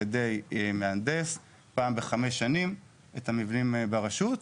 ידי מהנדס פעם בחמש שנים של המבנים ברשות.